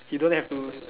he don't have to